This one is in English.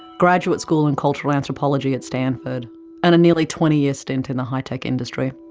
graduate school in cultural anthropology at stanford and a nearly twenty year stint in the high-tech industry.